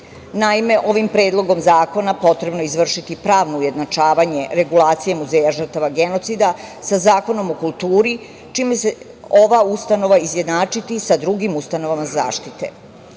muzeja. Naime, ovim predlogom zakona potrebno je izvršiti pravno ujednačavanje regulacije Muzeja žrtava genocida sa Zakonom o kulturi, čime će se ova ustanova izjednačiti sa drugim ustanovama